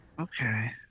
okay